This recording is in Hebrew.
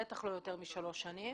בטח לא יותר משלוש שנים.